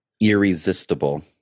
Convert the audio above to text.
irresistible